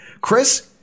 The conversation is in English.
Chris